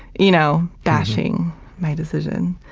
you know, bashing my decision.